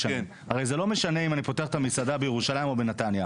הרי זה לא משנה אם אני פותח את המסעדה בירושלים או בנתניה.